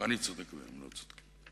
אני צודק והם לא צודקים.